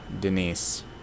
Denise